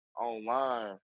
online